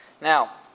Now